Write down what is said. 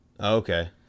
okay